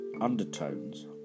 undertones